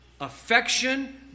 affection